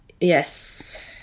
yes